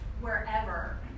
Wherever